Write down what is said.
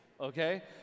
Okay